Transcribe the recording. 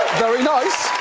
very nice.